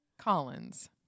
Collins